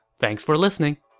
thanks for listening!